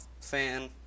fan